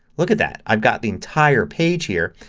look at that. i've got the entire page here.